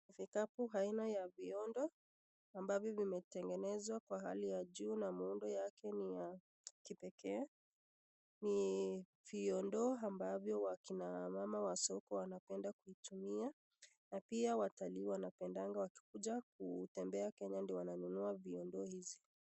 Kikapu aina ya vyondo ambavyo vimetengenezwa kwa hali ya juu na muundo yake ni ya kipekee. Ni vyondo ambavyo wa kina mama wa soko wanapenda kuitumia na pia watalii wanapendanga wakikuja kutembea Kenya ndio wananunua vyondo hizi.